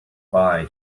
bye